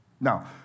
Now